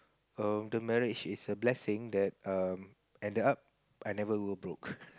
um the marriage is a blessing that um ended up I never go broke